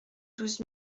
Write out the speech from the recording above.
douze